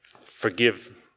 Forgive